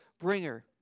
bringer